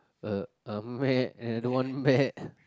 a a man and one man